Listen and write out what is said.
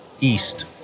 East